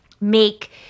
make